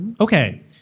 okay